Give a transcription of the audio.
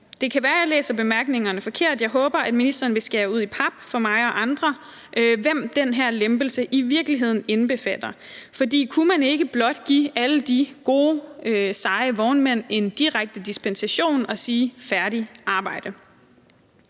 Det kan være, at jeg læser bemærkningerne forkert. Jeg håber, at ministeren vil skære det ud i pap for mig og andre, hvem den her lempelse i virkeligheden indbefatter. For kunne man ikke bare give alle de gode, seje vognmænd en direkte dispensation og sige: Færdigt arbejde?